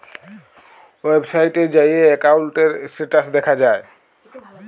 ওয়েবসাইটে যাঁয়ে একাউল্টের ইস্ট্যাটাস দ্যাখা যায়